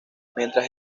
mientras